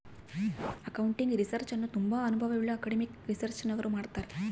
accounting research ಅನ್ನು ತುಂಬಾ ಅನುಭವವುಳ್ಳ ಅಕಾಡೆಮಿಕ್ ರಿಸರ್ಚ್ನವರು ಮಾಡ್ತರ್